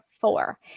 four